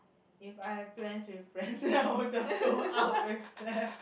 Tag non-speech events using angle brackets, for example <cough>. if I have plans with friends then <noise> I will just go out with them